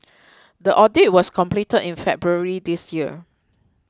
the audit was completed in February this year